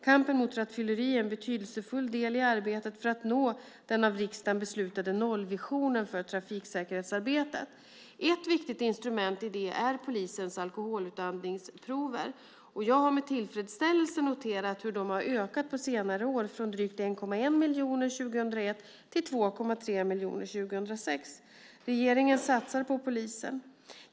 Kampen mot rattfylleri är en betydelsefull del i arbetet för att nå den av riksdagen beslutade nollvisionen för trafiksäkerhetsarbetet. Ett viktigt instrument i det arbetet är polisens alkoholutandningsprover. Jag har med tillfredsställelse noterat hur de har ökat på senare år: från drygt 1,1 miljon 2001 till 2,3 miljoner 2006. Regeringen satsar på polisen.